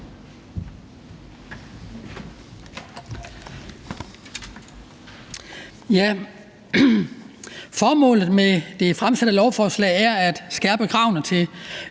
Formålet med det fremsatte lovforslag er at skærpe kravene til